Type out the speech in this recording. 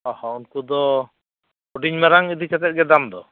ᱚ ᱦᱚᱸ ᱩᱱᱠᱩ ᱫᱚ ᱦᱩᱰᱤᱧ ᱢᱟᱨᱟᱝ ᱤᱫᱤ ᱠᱟᱛᱮᱜᱮ ᱫᱟᱢ ᱫᱚ